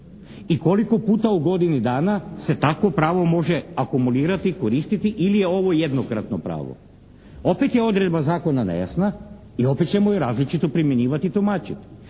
i koliko puta u godini dana se takvo pravo može akumulirati, koristiti ili je ovo jednokratno pravo. Opet je odredba zakona nejasna i opet ćemo je različito primjenjivati i tumačit.